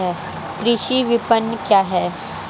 कृषि विपणन क्या है?